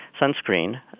sunscreen